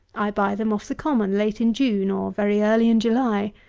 i buy them off the common late in june, or very early in july.